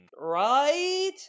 Right